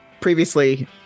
previously